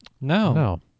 No